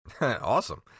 awesome